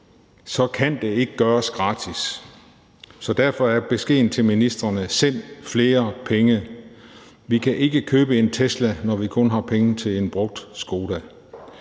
så kan det ikke gøres gratis. Så derfor er beskeden til ministrene: Send flere penge! Vi kan ikke købe en Tesla, når vi kun har penge til en brugt Skoda.